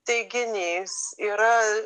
teiginys yra